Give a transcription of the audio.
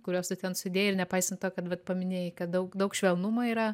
kuriuos tu ten sudėjai ir nepaisant to kad vat paminėjai kad daug daug švelnumo yra